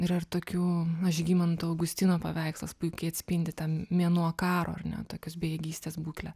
yra ir tokių na žygimanto augustino paveikslas puikiai atspindi tą mėnuo karo ar ne tokios bejėgystės būklę